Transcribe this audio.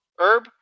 Herb